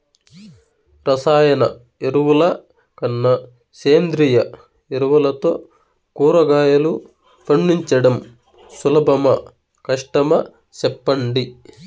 రసాయన ఎరువుల కన్నా సేంద్రియ ఎరువులతో కూరగాయలు పండించడం సులభమా కష్టమా సెప్పండి